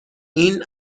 این